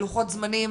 על לוחות זמנים,